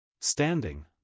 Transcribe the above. Standing